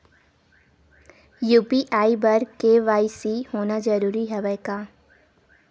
UPI बर KYC होना जरूरी हवय का?